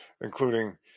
including